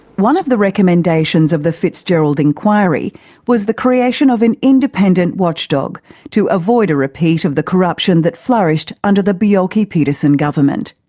one of the recommendations of the fitzgerald inquiry was the creation of an independent watchdog to avoid a repeat of the corruption that flourished under the bjelke-petersen government.